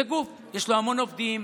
זה גוף שיש לו המון עובדים,